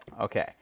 Okay